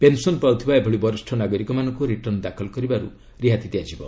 pension ପାଉଥିବା ଏଭଳି ବରିଷ୍ଠ ନାଗରିକମାନଙ୍କୁ ରିଟର୍ଣ୍ଣ ଦାଖଲ କରିବାରୁ ରିହାତି ଦିଆଯିବ